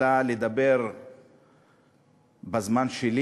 אלא לדבר בזמן שלי.